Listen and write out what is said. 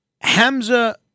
Hamza